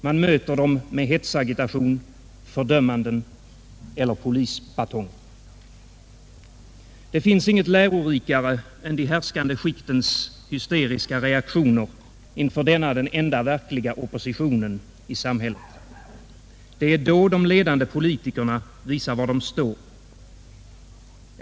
Man möter dem med hetsagitation, fördömanden eller polisbatonger. Det finns inget lärorikare än de härskande skiktens hysteriska reaktioner inför denna den enda verkliga oppositionen i samhället. Det är då de ledande politikerna visar var de står.